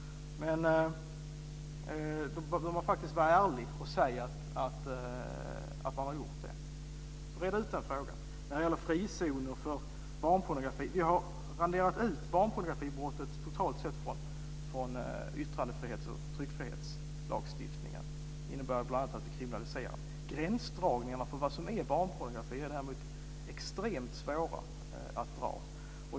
Men då ska man vara ärlig och säga att man har gjort det. Red ut den frågan! När det gäller frizoner för barnpornografi har vi utrangerat barnpornografibrottet totalt ur yttrandefrihets och tryckfrihetslagstiftningen. Det innebär bl.a. att vi har kriminaliserat det. Gränsdragningen för vad som är barnpornografi är däremot extremt svår att göra.